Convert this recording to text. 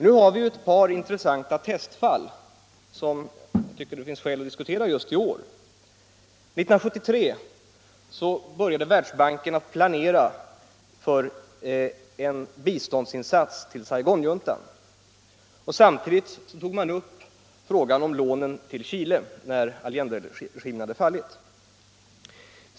Nu har vi ett par intressanta testfall, som jag tycker det finns skäl att diskutera just i år. 1973 började Världsbanken planera för en biståndsinsats till Saigonjuntan. Samtidigt tog man upp frågan om lånen till Chile — när Allenderegimen hade fallit.